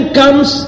comes